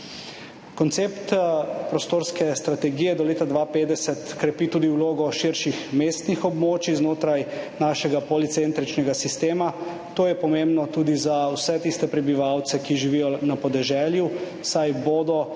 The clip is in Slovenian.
Koncept prostorske strategije do leta 2050 krepi tudi vlogo širših mestnih območij znotraj našega policentričnega sistema. To je pomembno tudi za vse tiste prebivalce, ki živijo na podeželju, saj bodo